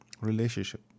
Relationship